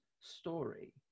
story